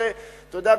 אתה יודע,